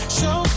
show